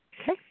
Okay